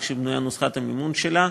איך שבנויה נוסחת המימון שלה,